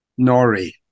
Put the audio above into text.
Nori